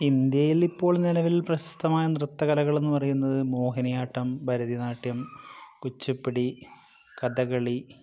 ഇന്ത്യയിൽ ഇപ്പോൾ നിലവിൽ പ്രശസ്തമായ നൃത്ത കലകളെന്നു പറയുന്നത് മോഹിനിയാട്ടം ഭരതനാട്യം കുച്ചിപ്പുടി കഥകളി